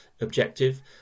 objective